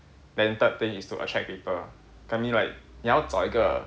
then third thing is to attract people 等你 like 你要找一个